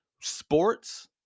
sports